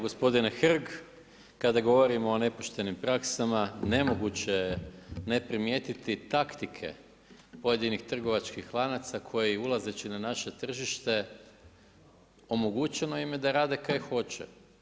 Gospodine Hrg, kad govorimo o nepoštenim praksama nemoguće je ne primijetiti taktike pojedinih trgovačkih lanaca koji ulazeći na naše tržište omogućeno im je da rade kaj hoće.